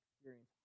experience